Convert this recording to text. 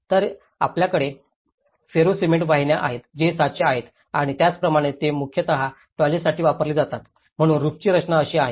तर आपल्याकडे ferro cement वाहिन्या आहेत जे साचे आहेत आणि त्याचप्रमाणे हे मुख्यतः टॉयलेट्ससाठी वापरले जातात म्हणून रूफची रचना अशी आहे